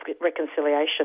reconciliation